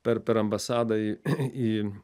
per per ambasadą į į